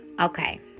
Okay